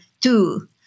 two